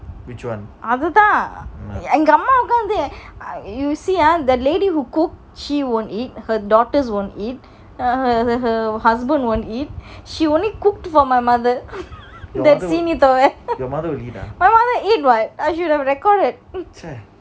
அது தான் எங்க அம்மா உக்காந்து:athu thaan enga amma ukanthu you see ah the lady who cook she won't eat her daughter's won't eat her her husband won't eat she only cooked for my mother that சீனிதாவை:seenithova my mother eat what I should have recorded